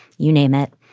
you name it,